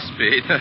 Speed